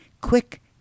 quick